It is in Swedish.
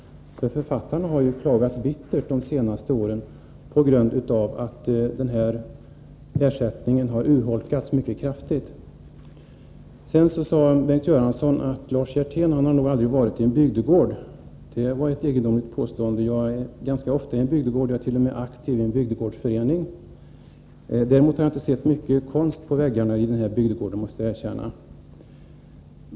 Dessa har ju de senaste åren klagat bittert över att den här ersättningen har urholkats mycket kraftigt. Bengt Göransson sade att Lars Hjertén nog aldrig har varit i en bygdegård. Det var ett ganska egendomligt påstående, därför att jag är ganska ofta i en bygdegård. Jag ärt.o.m. aktiv i en bygdegårdsförening. Däremot, måste jag erkänna, att jag inte har sett mycket konst på väggarna i den bygdegården.